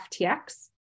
FTX